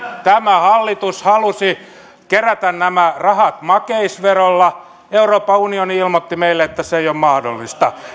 tämä hallitus halusi kerätä nämä rahat makeisverolla euroopan unioni ilmoitti meille että se ei ole mahdollista